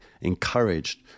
encouraged